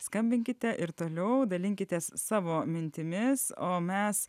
skambinkite ir toliau dalinkitės savo mintimis o mes